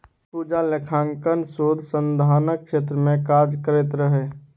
पूजा लेखांकन शोध संधानक क्षेत्र मे काज करैत रहय